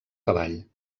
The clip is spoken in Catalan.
cavall